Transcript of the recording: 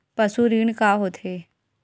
पशु ऋण का होथे?